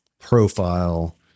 profile